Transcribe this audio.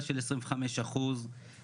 1,500-2,000 רופאים נוספים?